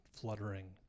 fluttering